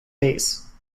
bass